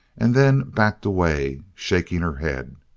and then backed away, shaking her head.